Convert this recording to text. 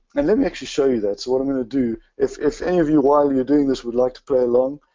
and let me actually show you that. so what i'm going to do, if if any of you while you're doing this would like to play along,